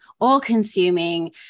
all-consuming